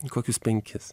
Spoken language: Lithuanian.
kokius penkis